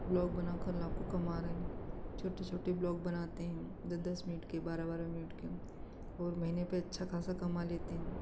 blog बना कर लाखों कमा रहे हैं छोटे छोटे ब्लॉग बनाते हैं दस दस मिनट के बारह बारह मिनट के और महीने पर अच्छा खासा कमा लेते हैं